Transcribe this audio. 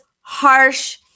harsh